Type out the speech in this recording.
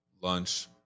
lunch